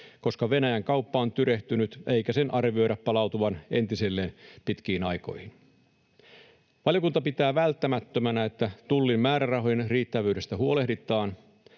koska Venäjän kauppa on tyrehtynyt eikä sen arvioida palautuvan entiselleen pitkiin aikoihin. Valiokunta pitää välttämättömänä, että tullin määrärahojen riittävyydestä huolehditaan,